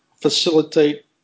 facilitate